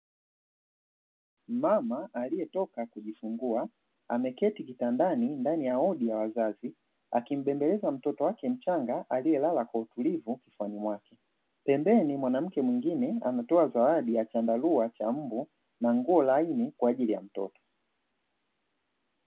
Mmama aliyetoka kujifungua ameketi kitandani ndani ya wodi ya wazazi, akimbembeleza mtoto wake mchanga aliyelala kwa utulivu kifuani mwake, pembeni mwanamke mwingine ametoa zawadi ya chandarua cha mbu na nguo laini kwaajili ya mtoto.